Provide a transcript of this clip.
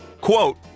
quote